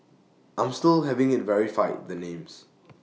I'm still having IT verified the names